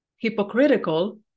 hypocritical